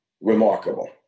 remarkable